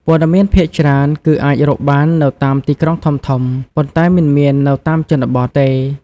ព័ត៌មានភាគច្រើនគឺអាចរកបាននៅតាមទីក្រុងធំៗ ប៉ុន្តែមិនមាននៅតាមជនបទទេ។